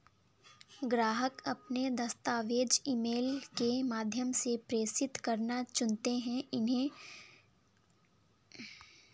ग्राहक अपने दस्तावेज़ ईमेल के माध्यम से प्रेषित करना चुनते है, उन्हें अपने ईमेल पते का उपयोग करना चाहिए